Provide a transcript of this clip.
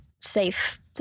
safe